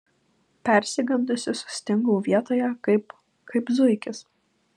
persigandusi sustingau vietoje kaip kaip zuikis